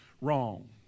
wrong